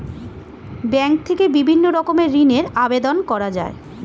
bank থেকে বিভিন্ন রকমের ঋণের আবেদন করা যায়